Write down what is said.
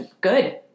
Good